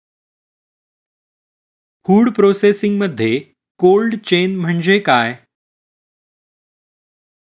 Food प्रोसेसिंगमध्ये cold chain म्हणजे काय?